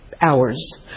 hours